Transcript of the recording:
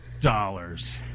dollars